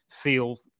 feel